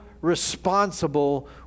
responsible